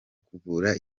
kuvura